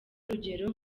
urugero